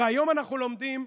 והיום אנו לומדים,